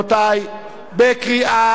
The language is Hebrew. בקריאה שנייה,